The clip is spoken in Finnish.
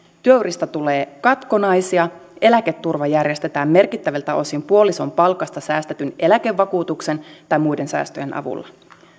työurista tulee katkonaisia eläketurva järjestetään merkittäviltä osin puolison palkasta säästetyn eläkevakuutuksen tai muiden säästöjen avulla